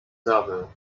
zawył